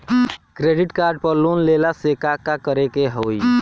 Credit card पर loan लेला से का का करे क होइ?